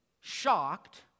shocked